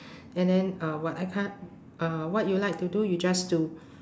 and then uh what I can't uh what you like to do you just do